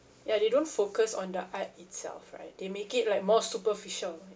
ya they don't focus on the art itself right they make it like more superficial